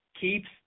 keeps